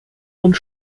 und